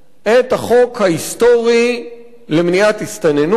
את החוק ההיסטורי למניעת הסתננות,